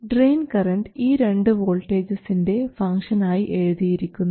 drain current ഈ രണ്ട് വോൾട്ടേജസിൻറെ ഫംഗ്ഷൻ ആയി എഴുതിയിരിക്കുന്നു